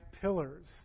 pillars